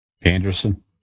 Anderson